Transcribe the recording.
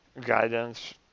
guidance